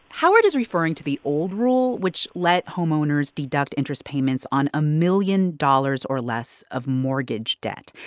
howard is referring to the old rule which let homeowners deduct interest payments on a million dollars or less of mortgage debt.